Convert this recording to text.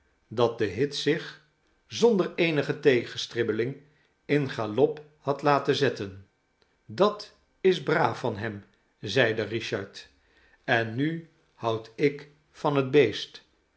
dat de hit zich zonder eenige tegenstribbeling in galop had laten zetten dat is braaf van hem zeide richard en nu houd ik van het beest